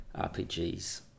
rpgs